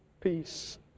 peace